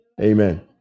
amen